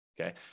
Okay